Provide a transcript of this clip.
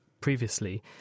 previously